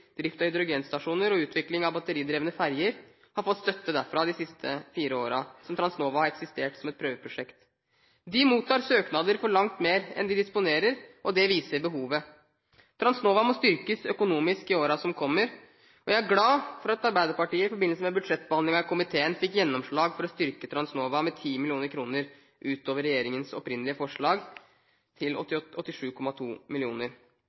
drift- og hydrogenstasjoner og utvikling av batteridrevne ferger har fått støtte derfra de siste fire årene Transnova har eksistert som et prøveprosjekt. De mottar søknader for langt mer enn de disponerer, og det viser behovet. Transnova må styrkes økonomisk i årene som kommer, og jeg er glad for at Arbeiderpartiet i forbindelse med budsjettbehandlingen i komiteen fikk gjennomslag for å styrke Transnova med 10 mill. kr utover regjeringens opprinnelige forslag, til